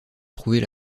trouver